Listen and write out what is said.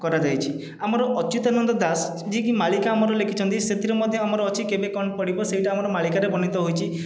କରାଯାଇଛି ଆମର ଅଚ୍ୟୁତାନନ୍ଦ ଦାସ ଯିଏକି ମାଳିକା ଆମର ଲେଖିଛନ୍ତି ସେଥିରେ ମଧ୍ୟ ଆମର ଅଛି କେବେ କଣ ପଡ଼ିବ ସେଇଟା ଆମର ମାଳିକାରେ ବର୍ଣ୍ଣିତ ହୋଇଛି